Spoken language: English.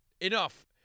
enough